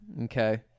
Okay